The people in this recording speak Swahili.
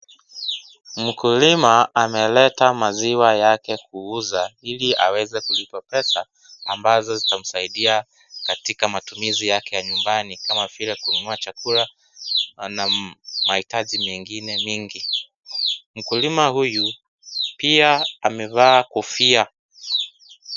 Mkulima analeta maziwa yake kuuza ili aweze kulipa pesa ambazo zitamsaidia kwa matumizi yake nyumbani kama vile kununua chakula na maitaji mengine mengi, mkulima huyu pia amevaa kofia.